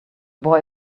boy